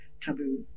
taboo